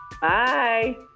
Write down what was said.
Bye